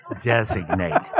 designate